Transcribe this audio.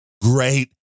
Great